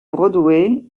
broadway